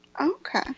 Okay